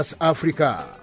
Africa